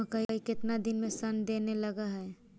मकइ केतना दिन में शन देने लग है?